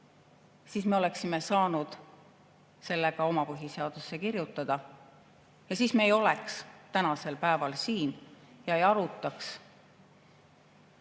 siis me oleksime saanud selle ka oma põhiseadusesse kirjutada ja siis me ei oleks tänasel päeval siin ega arutaks,